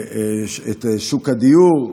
שוק הדיור,